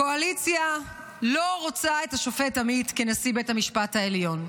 הקואליציה לא רוצה את השופט עמית כנשיא בית המשפט העליון.